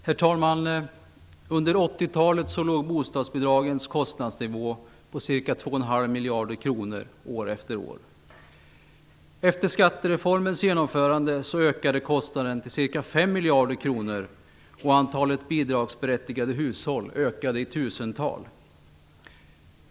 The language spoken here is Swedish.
Herr talman! Under 80-talet låg bostadsbidragens kostnadsnivå på ca 2,5 miljarder kronor år efter år. Efter skattereformens genomförande ökade kostnaden till ca 5 miljarder kronor, och antalet bidragsberättigade hushåll ökade i tusental.